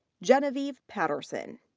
genevieve peterson.